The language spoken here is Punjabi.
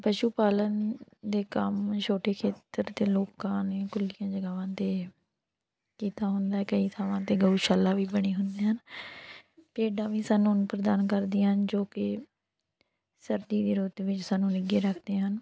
ਪਸ਼ੂ ਪਾਲਣ ਦੇ ਕੰਮ ਛੋਟੇ ਖੇਤਰ ਦੇ ਲੋਕਾਂ ਨੇ ਖੁੱਲ੍ਹੀਆਂ ਜਗਾਵਾਂ 'ਤੇ ਕੀਤਾ ਹੁੰਦਾ ਕਈ ਥਾਵਾਂ 'ਤੇ ਗਊਸ਼ਾਲਾ ਵੀ ਬਣੀ ਹੁੰਦੇ ਹਨ ਭੇਡਾਂ ਵੀ ਸਾਨੂੰ ਉੱਨ ਪ੍ਰਦਾਨ ਕਰਦੀਆਂ ਹਨ ਜੋ ਕਿ ਸਰਦੀ ਦੀ ਰੁੱਤ ਵਿੱਚ ਸਾਨੂੰ ਨਿੱਘੇ ਰੱਖਦੇ ਹਨ